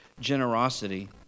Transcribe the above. generosity